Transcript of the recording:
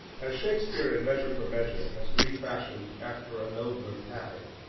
as shakespeare in measure for measure has refashioned, after a nobler pattern,